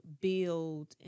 build